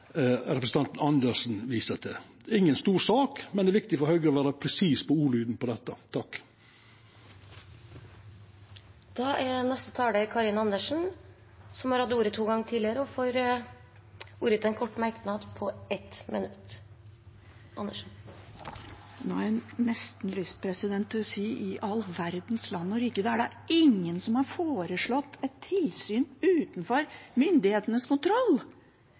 stor sak, men det er viktig for Høgre å vera presis i ordlyden på dette. Representanten Karin Andersen har hatt ordet to ganger tidligere og får ordet til en kort merknad, begrenset til 1 minutt. Jeg har nesten lyst til å si i all verdens land og rike, det er da ingen som har foreslått et tilsyn utenfor myndighetenes kontroll.